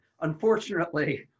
unfortunately